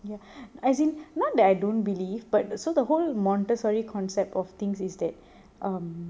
ya as in not that I don't believe but so the whole montessori concept of things is that um